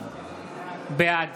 בעד